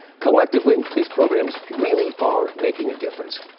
collectively, these programs really are making a difference.